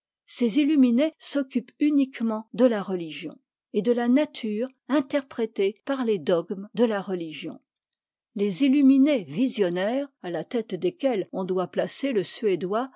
ces illuminés s'occupent uniquement de la religion et de la nature interprétée par les dogmes de la religion les iituminés visionnaires à la tête desquels on doit placer le